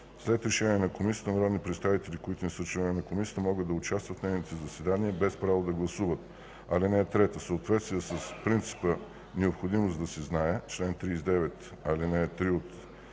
След решение на Комисията, народни представители, които не са членове на Комисията, могат да участват в нейните заседания без право да гласуват. (3) В съответствие с принципа „необходимост да се знае” (чл. 39, ал. 3